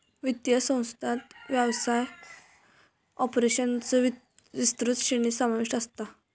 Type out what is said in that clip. वित्तीय संस्थांत व्यवसाय ऑपरेशन्सचो विस्तृत श्रेणी समाविष्ट असता